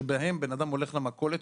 שבהם בן-אדם הולך למכולת,